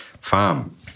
farm